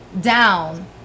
down